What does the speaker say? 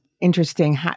Interesting